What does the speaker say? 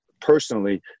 personally